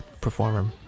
performer